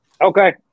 Okay